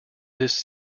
this